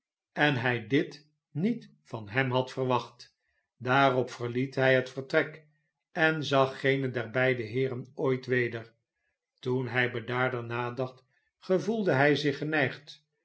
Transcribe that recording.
en hij dit niet van hem had verwacht daarop verliet hij het vertrek en zag geen der beide heeren ooit weder toen hij bedaarder nadacht gevoelde hij zich geneigd